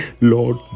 Lord